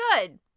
good